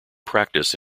practice